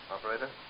Operator